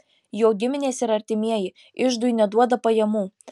jo giminės ir artimieji iždui neduoda pajamų